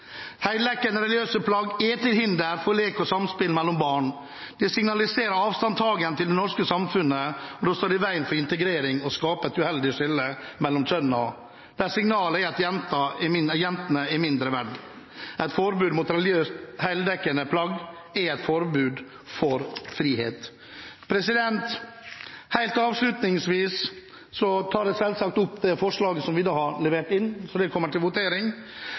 verdier. Heldekkende, religiøse plagg er til hinder for lek og samspill mellom barn. De signaliserer avstandstaken til det norske samfunnet, står i veien for integrering og skaper et uheldig skille mellom kjønnene, der signalet er at jentene er mindreverdige. Et forbud mot religiøse, heldekkende plagg er et forbud for frihet. Helt avslutningsvis tar jeg selvsagt opp det forslaget som vi har levert inn, slik at det kommer til votering.